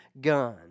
gun